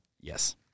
Yes